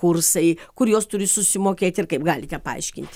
kursai kur jos turi susimokėt ir kaip galite paaiškinti